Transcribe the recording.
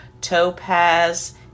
topaz